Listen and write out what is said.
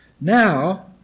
Now